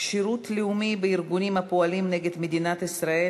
שירות לאומי בארגונים הפועלים נגד מדינת ישראל,